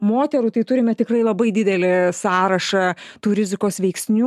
moterų tai turime tikrai labai didelį sąrašą tų rizikos veiksnių